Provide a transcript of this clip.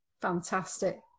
Fantastic